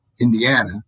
Indiana